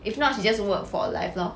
if not she just work for life lor